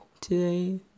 today